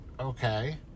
okay